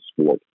sport